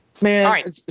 man